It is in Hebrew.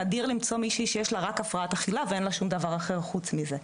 נדיר למצוא מישהי שיש לה רק הפרעת אכילה ואין לה דבר אחר חוץ מזה,